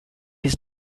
his